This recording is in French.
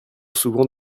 souvent